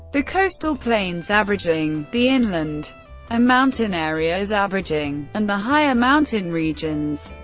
the coastal plains averaging, the inland and mountain areas averaging, and the higher mountain regions.